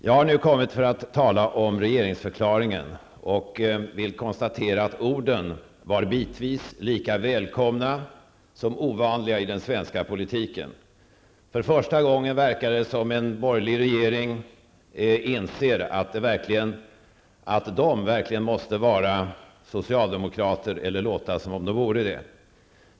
Jag skall nu tala om regeringsförklaringen och kan konstatera att orden bitvis var lika välkomna som ovanliga i den svenska politiken. För första gången verkar det som om en borgerlig regering inser att dess ledamöter verkligen måste vara socialdemokrater eller låta som om de vore det.